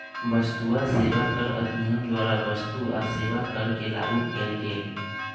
वस्तु आ सेवा कर अधिनियम द्वारा वस्तु आ सेवा कर के लागू कएल गेल